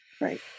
Right